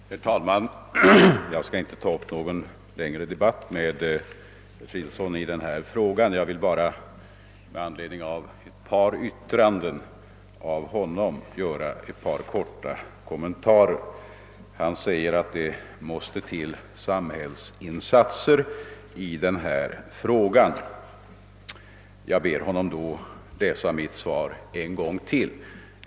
Herr talman! Jag skall inte ta upp någon längre debatt med herr Fridolfsson i Stockholm i denna fråga utan skall bara göra några korta kommentarer med anledning av ett par av hans yttranden. Herr Fridolfsson sade att det måste till samhälleliga insatser. Då vill jag be honom läsa mitt svar en gång till.